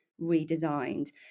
redesigned